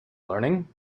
learning